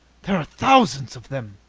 there are thousands of them!